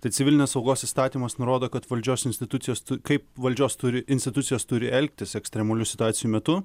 tad civilinės saugos įstatymas nurodo kad valdžios institucijos kaip valdžios turi institucijos turi elgtis ekstremalių situacijų metu